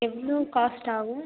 எவ்வளோ காஸ்ட் ஆகும்